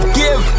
give